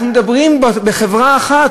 אנחנו מדברים על חברה אחת,